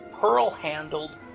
Pearl-handled